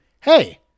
hey